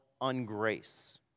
ungrace